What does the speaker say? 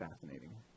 fascinating